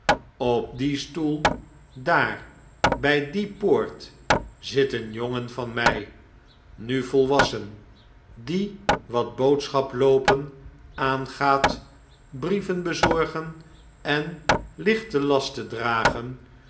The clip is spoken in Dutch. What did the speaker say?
op dien stoel daar bg die poort zit een jongen van mg nu volwassen die wat boodschap loopen aangaat brieven bezorgen en lichte lasten dragen